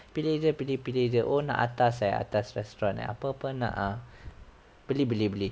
pilih jer pilih pilih jer oh nak atas eh atas restaurant ah apa apa nak eh boleh boleh boleh